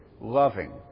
loving